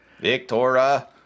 Victoria